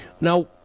Now